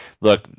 look